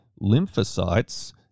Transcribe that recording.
lymphocytes